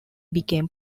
became